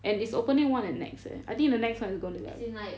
and it's opening one at NEX eh I think the NEX [one] is going to be